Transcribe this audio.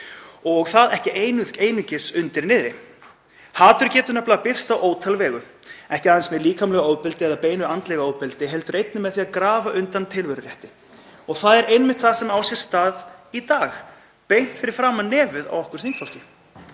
og það ekki einungis undir niðri. Hatur getur nefnilega birst á ótal vegu, ekki aðeins í líkamlegu ofbeldi eða í beinu andlegu ofbeldi heldur einnig með því að grafa undan tilverurétti. Það er einmitt það sem á sér stað í dag beint fyrir framan nefið á okkur þingfólki.